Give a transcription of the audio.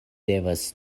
devas